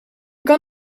kan